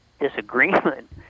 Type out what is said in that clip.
disagreement